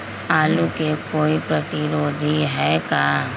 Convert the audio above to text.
आलू के कोई प्रतिरोधी है का?